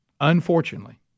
Unfortunately